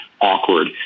awkward